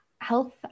health